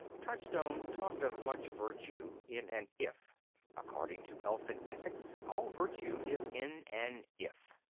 touchstone talked of much virtue in an if according to elfin ethics all virtue is in an if.